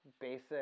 basic